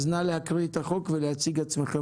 נא להקריא את החוק ולהציג עצמכם